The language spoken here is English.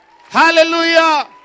Hallelujah